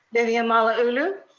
vivian malauulu?